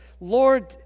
Lord